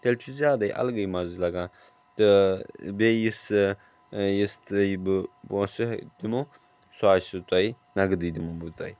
تیٚلہِ چھُ زیادَے الگٕے مَزٕ لَگان تہٕ بیٚیہِ یُس یہِ یُس تۅہہِ بہٕ پۅنٛسہٕ دِمو سُہ آسوٕ تۅہہِ نَقدے دِمہٕ بہٕ تۅہہِ